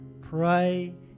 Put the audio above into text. Pray